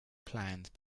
planned